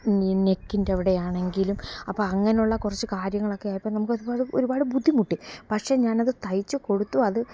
നെ നെക്കിൻ്റെ അവിടെയാണെങ്കിലും അപ്പോൾ അങ്ങനെയുള്ള കുറച്ച് കാര്യങ്ങളൊക്കെ ആയപ്പോൾ നമുക്ക് ഒരുപാട് ഒരുപാട് ബുദ്ധിമുട്ടി പക്ഷേ ഞാനത് തയ്ച്ച് കൊടുത്തു അത്